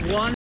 one